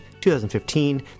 2015